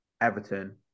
Everton